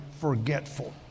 forgetful